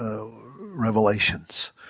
revelations